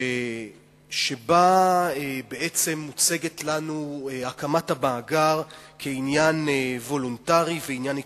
שבה בעצם מוצגת לנו הקמת המאגר כעניין התנדבותי.